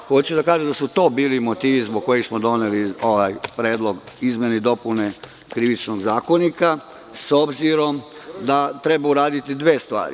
Hoću da kažem da su to bili motivi zbog kojih smo doneli ovaj Predlog izmene i dopune Krivičnog zakonika, s obzirom da treba uraditi dve stvari.